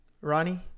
Ronnie